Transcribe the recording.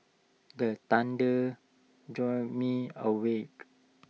the thunder jolt me awake